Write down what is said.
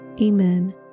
Amen